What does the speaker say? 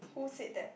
who said that